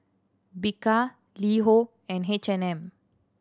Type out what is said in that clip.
Bika LiHo and H and M